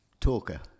talker